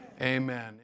amen